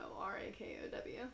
R-A-K-O-W